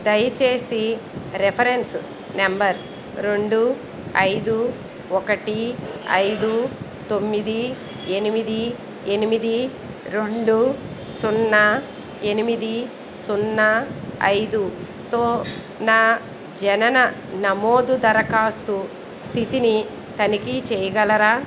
దయచేసి reference number రెండు ఐదు ఒకటి ఐదు తొమ్మిది ఎనిమిది ఎనిమిది రెండు సున్నా ఎనిమిది సున్నా ఐదుతో నా జనన నమోదు దరఖాస్తు స్థితిని తనిఖీ చేయగలరా